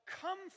come